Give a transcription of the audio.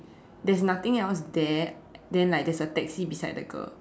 there's nothing else there then like there's a taxi beside the girl